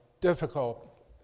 difficult